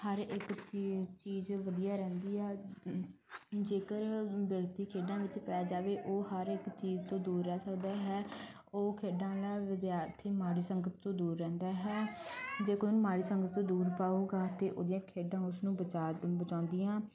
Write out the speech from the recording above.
ਹਰ ਇਕ ਚੀਜ ਚੀਜ਼ ਵਧੀਆ ਰਹਿੰਦੀ ਹੈ ਜੇਕਰ ਵਿਅਕਤੀ ਖੇਡਾਂ ਵਿੱਚ ਪੈ ਜਾਵੇ ਉਹ ਹਰ ਇੱਕ ਚੀਜ਼ ਤੋਂ ਦੂਰ ਰਹਿ ਸਕਦਾ ਹੈ ਉਹ ਖੇਡਾਂ ਨਾਲ ਵਿਦਿਆਰਥੀ ਮਾੜੀ ਸੰਗਤ ਤੋਂ ਦੂਰ ਰਹਿੰਦਾ ਹੈ ਜੇ ਕੋਈ ਉਹਨੂੰ ਮਾੜੀ ਸੰਗਤ ਤੋਂ ਦੂਰ ਪਾਊਗਾ ਤਾਂ ਉਹਦੀਆਂ ਖੇਡਾਂ ਉਸਨੂੰ ਬਚਾ ਬਚਾਉਂਦੀਆਂ